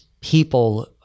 people